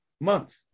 month